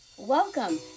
Welcome